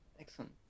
Excellent